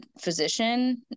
physician